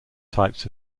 types